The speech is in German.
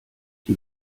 die